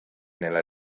nella